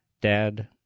dad